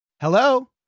Hello